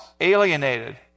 alienated